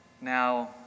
Now